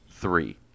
Three